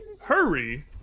hurry